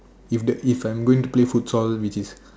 is the if I'm going to play futsal which is